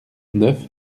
neuf